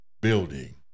building